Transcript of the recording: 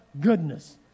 goodness